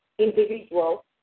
individual